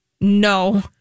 No